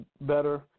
better